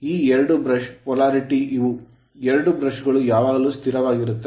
ಈ ಎರಡು brush brush ಗಳ polarity ಧ್ರುವೀಯತೆ ಇವು ಎರಡು brush ಬ್ರಷ್ ಗಳು ಯಾವಾಗಲೂ ಸ್ಥಿರವಾಗಿರುತ್ತವೆ